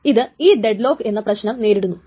ഇത് ഈ deadlock എന്ന പ്രശ്നം നേരിടുന്നുണ്ട്